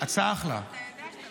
שאתה